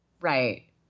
Right